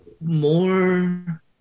more